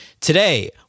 Today